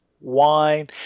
wine